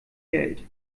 geld